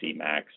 Cmax